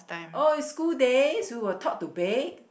oh is schools days we were taught to bake